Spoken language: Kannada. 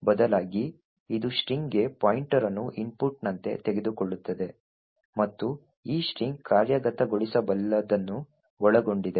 ಬದಲಾಗಿ ಇದು ಸ್ಟ್ರಿಂಗ್ಗೆ ಪಾಯಿಂಟರ್ ಅನ್ನು ಇನ್ಪುಟ್ನಂತೆ ತೆಗೆದುಕೊಳ್ಳುತ್ತದೆ ಮತ್ತು ಈ ಸ್ಟ್ರಿಂಗ್ ಕಾರ್ಯಗತಗೊಳಿಸಬಲ್ಲದನ್ನು ಒಳಗೊಂಡಿದೆ